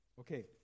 Okay